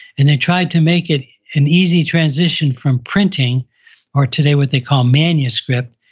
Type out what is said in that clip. and they tried to make it an easy transition from printing or today, what they call manuscript,